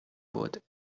would